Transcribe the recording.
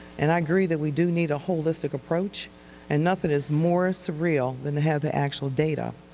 and i agree that we do need a holistic approach and nothing is more surreal than to have the actual data.